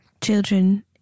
children